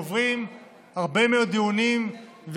עוברים הרבה מאוד דיונים,